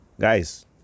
guys